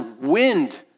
wind